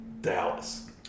Dallas